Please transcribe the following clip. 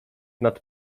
nad